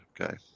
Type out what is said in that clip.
okay